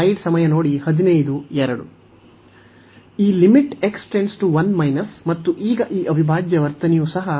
ಈ ಮತ್ತು ಈಗ ಈ ಅವಿಭಾಜ್ಯ ವರ್ತನೆಯೂ ಸಹ